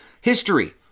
History